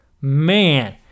man